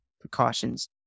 precautions